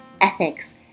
ethics